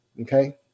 okay